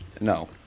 No